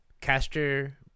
caster